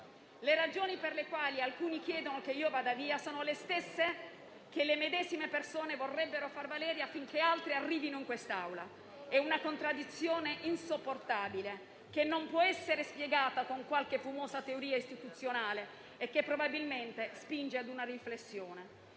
Le ragioni per le quali alcuni chiedono che io vada via sono le stesse che le medesime persone vorrebbero far valere affinché altri arrivino in quest'Aula. È una contraddizione insopportabile, che non può essere spiegata con qualche fumosa teoria istituzionale e che probabilmente spinge ad una riflessione: